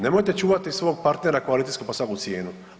Nemojte čuvati svog partnera koalicijskog po svaku cijenu.